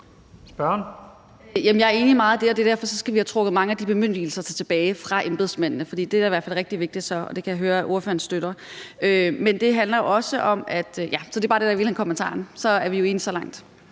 Jeg er enig i meget af det, og derfor skal vi have trukket mange af de bemyndigelser tilbage fra embedsmændene. For det er i hvert fald rigtig vigtigt, og det kan jeg høre at ordføreren støtter. Så det var i virkeligheden bare det, der var kommentaren. Så er vi jo enige så langt.